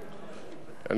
אני גם קראתי,